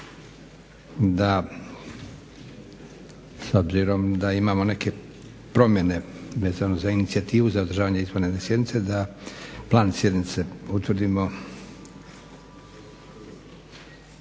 da s obzirom da imamo neke promjene vezano za inicijativu za održavanje izvanredne sjednice da plan sjednice utvrdimo